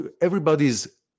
everybody's